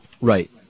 Right